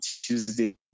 Tuesday